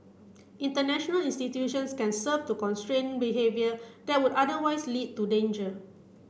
international institutions can serve to constrain behaviour that would otherwise lead to danger